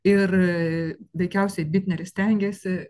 ir veikiausiai bitneris stengėsi